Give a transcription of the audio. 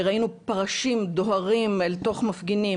ראינו פרשים דוהרים אל תוך מפגינים,